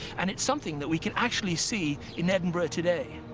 and it's something that we can actually see in edinburgh today.